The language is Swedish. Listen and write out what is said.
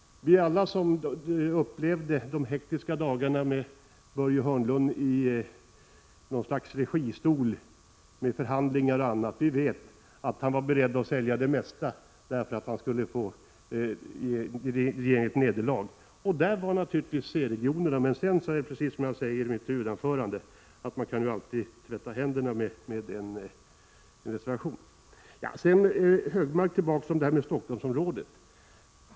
Alla som upplevde de hektiska dagarna med Börje Hörnlund i något slags registol vid förhandlingar och annat vet att han var beredd att sälja det mesta för att han skulle åstadkomma ett nederlag för regeringen. Där var naturligtvis C-regionerna med. Men sedan kan man ju alltid, som jag sade i mitt huvudanförande, så att säga tvätta händerna med en reservation. Anders G Högmark återkom till frågan om Stockholmsområdet.